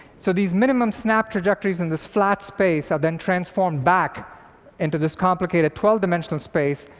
so these minimum-snap trajectories in this flat space are then transformed back into this complicated twelve dimensional space,